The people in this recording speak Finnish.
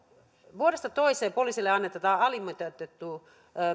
vuodesta toiseen poliisille annetaan alimitoitettu